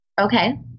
Okay